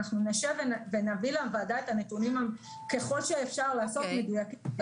אנחנו נשב ונביא לוועדה את הנתונים ככל שאפשר לעשות מדויקים.